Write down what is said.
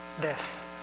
death